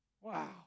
Wow